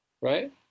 right